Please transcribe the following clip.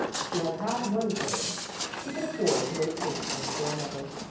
she had had one turn she could afford to wait patiently for another,